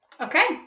Okay